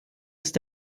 ist